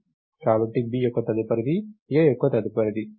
కాబట్టి B యొక్క తదుపరిది A యొక్క తదుపరిది